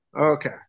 Okay